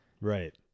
Right